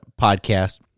podcast